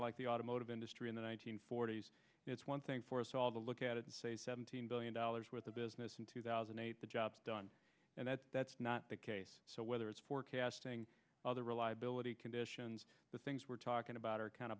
of like the automotive industry in the one nine hundred forty s it's one thing for us all to look at it and say seventeen billion dollars worth of business in two thousand and eight the job's done and that's that's not the case so whether it's forecasting the reliability conditions the things we're talking about are kind